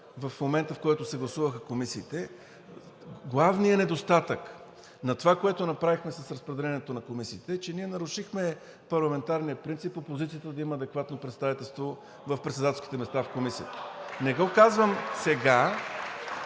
в момента, в който се гласуваха комисиите, главният недостатък на това, което направихме с разпределението на комисиите, е, че ние нарушихме парламентарния принцип опозицията да има адекватно представителство в председателските места в комисиите. (Ръкопляскания.)